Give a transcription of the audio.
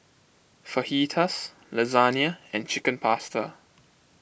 Fajitas Lasagna and Chicken Pasta